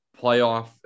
playoff